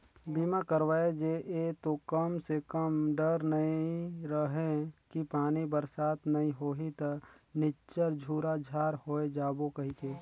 बीमा करवाय जे ये तो कम से कम डर नइ रहें कि पानी बरसात नइ होही त निच्चर झूरा झार होय जाबो कहिके